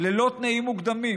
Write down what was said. ללא תנאים מוקדמים,